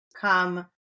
come